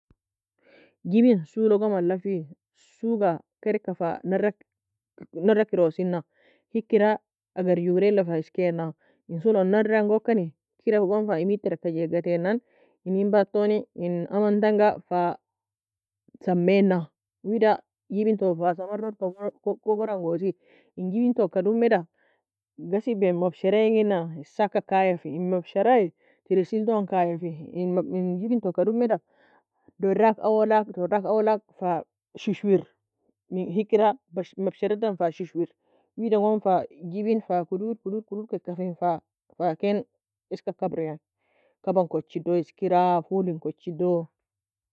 جبن suoe logo ala fi Suoe ga fa narie kerosena hikera? Agar gogrela fa eskina en suoe elon naraie engokani Emied ter ka jaigatenia enin badtoni en amn tanga samei na wida goni en جبن fa samaroud kogor angosie en جبن toe ka domeda ghasiben مبشرة eagnan ga esaka kaiya fe. In مبشرة terisie elton kaiya fe. In جبن ga domeda duorak taou lak fa in مبشرة dan shishwer. Wida goon جبن toe fa kodod kodok dan gafi, fa ken eska kabro, Kaba en kochi do eskera fool in kochido